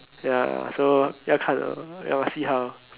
ya so 要看 ah must see how